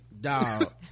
Dog